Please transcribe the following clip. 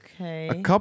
Okay